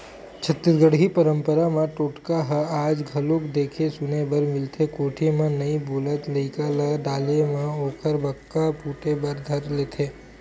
छत्तीसगढ़ी पंरपरा म टोटका ह आज घलोक देखे सुने बर मिलथे कोठी म नइ बोलत लइका ल डाले म ओखर बक्का फूटे बर धर लेथे